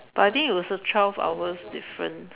but I think it was a twelve hours difference